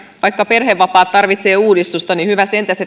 vaikka perhevapaat tarvitsevat uudistusta niin hyvä sentäs